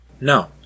No